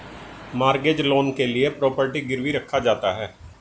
mortgage loan के लिए property गिरवी रखा जाता है